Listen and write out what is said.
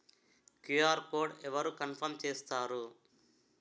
QR code అవరు confirm చేస్తారు?